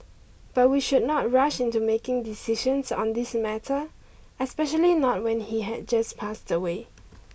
but we should not rush into making decisions on this matter especially not when he had just passed away